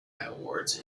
awards